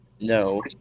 No